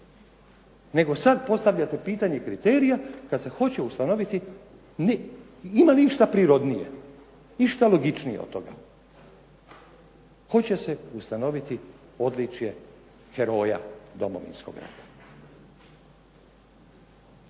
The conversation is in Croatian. Nego sada postavljate pitanje kriterija kada se hoće ustanoviti, ima li išta prirodnije, išta logičnije od toga, hoće se ustanoviti odličje "Heroja Domovinskog rata".